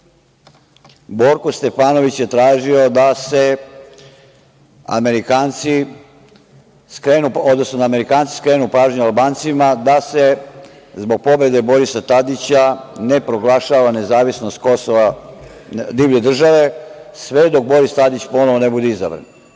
Borko Stefanović je tražio da Amerikanci skrenu pažnju Albancima da se, zbog pobede Borisa Tadića, ne proglašava nezavisnost divlje države Kosova, sve dok Boris Tadić ponovo ne bude izabran,